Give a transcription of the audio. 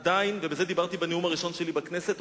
ועל זה דיברתי בנאום הראשון שלי בכנסת,